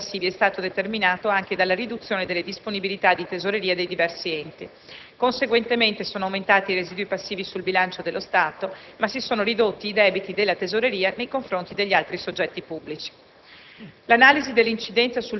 in quanto l'incremento dei residui passivi è stato determinato anche dalla riduzione delle disponibilità di tesoreria dei diversi enti. Conseguentemente, sono aumentati i residui passivi sul bilancio dello Stato, ma si sono ridotti i debiti della tesoreria nei confronti degli altri soggetti pubblici.